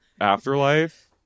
afterlife